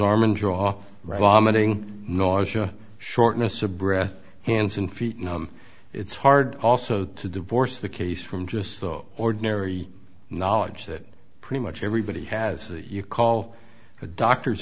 arm and drop rommany nausea shortness of breath hands and feet and it's hard also to divorce the case from just so ordinary knowledge that pretty much everybody has that you call a doctor's